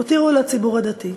הותירו לציבור הדתי.